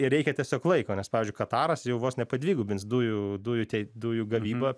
ir reikia tiesiog laiko nes pavyzdžiui kataras jau vos nepadvigubins dujų dujų tie dujų gavybą